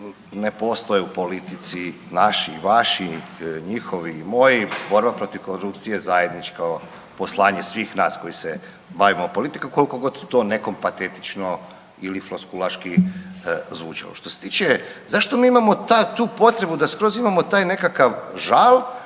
Ne postoje u politici naši i vaši i njihovi i moji, borba protiv korupcije zajedničko poslanje svih nas koji se bavimo politikom kolikogod to nekom patetično ili floskulaški zvučalo. Što se tiče, zašto mi imamo tu potrebu da skroz imamo taj nekakav žal,